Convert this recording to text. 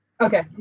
Okay